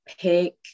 pick